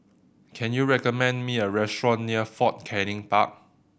can you recommend me a restaurant near Fort Canning Park